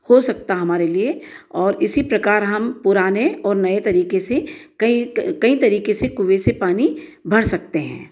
हो सकता हमारे लिए और इसी प्रकार हम पुराने और नए तरीके से कई कई तरीके से कुए से पानी भर सकते हैं